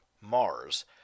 Mars